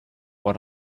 what